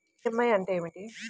EMI అంటే ఏమిటి?